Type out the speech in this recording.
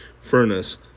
furnace